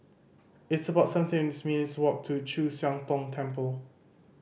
it's about seventeen minutes' walk to Chu Siang Tong Temple